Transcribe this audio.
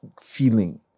feeling